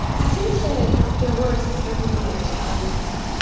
i think that there were certainly attempts,